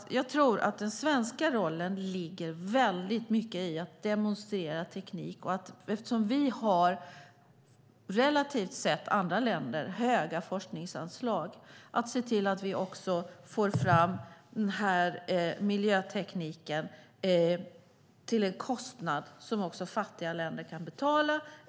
Jag tror att den svenska rollen ligger mycket i att demonstrera teknik. Eftersom vi har höga forskningsanslag sett i relation till andra länder ska vi också se till att vi får fram denna miljöteknik till en kostnad som även fattiga länder kan betala.